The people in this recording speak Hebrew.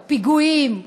או פיגועים,